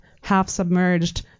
half-submerged